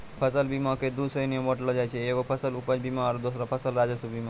फसल बीमा के दु श्रेणी मे बाँटलो जाय छै एगो फसल उपज बीमा आरु दोसरो फसल राजस्व बीमा